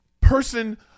person